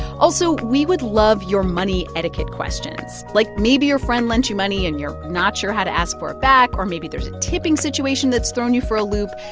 also, we would love your money etiquette questions. like, maybe your friend lent you money, and you're not sure how to ask for it back, or maybe there's a tipping situation that's thrown you for a loop.